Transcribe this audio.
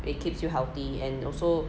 it keeps you healthy and also